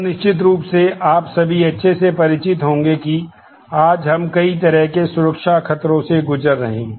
तब निश्चित रूप से आप सभी अच्छे से परिचित होंगे कि आज हम कई तरह के सुरक्षा खतरों से गुजर रहे हैं